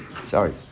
sorry